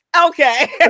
okay